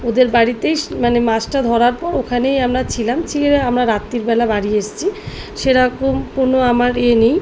ওদের বাড়িতেই মানে মাছটা ধরার পর ওখানেই আমরা ছিলাম ছিয়ে আমরা রাত্রিবেলা বাড়ি এসছি সেরকম কোনো আমার এ নেই